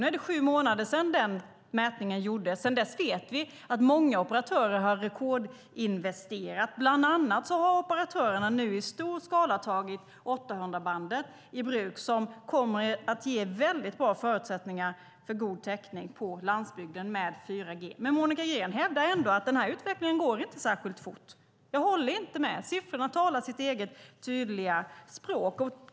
Nu är det sju månader sedan den mätningen gjordes, och sedan dess vet vi att många operatörer har rekordinvesterat. Bland annat har operatörerna nu i stor skala tagit 800-bandet i bruk, vilket kommer att ge väldigt bra förutsättningar för god 4G-täckning på landsbygden. Monica Green hävdar dock ändå att utvecklingen inte går särskilt fort. Jag håller inte med; siffrorna talar sitt eget, tydliga språk.